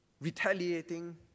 retaliating